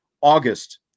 August